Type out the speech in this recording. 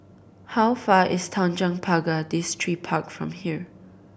how far is Tanjong Pagar Distripark from here